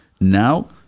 now